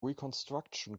reconstruction